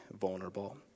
vulnerable